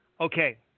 okay